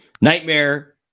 nightmare